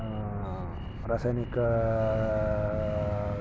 ರಾಸಾಯನಿಕ